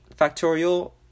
factorial